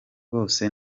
bose